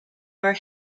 are